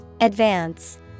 advance